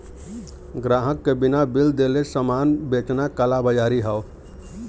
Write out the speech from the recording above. ग्राहक के बिना बिल देले सामान बेचना कालाबाज़ारी हौ